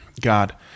God